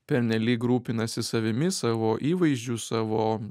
pernelyg rūpinasi savimi savo įvaizdžiu savo